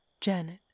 Janet